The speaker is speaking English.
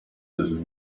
his